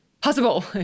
possible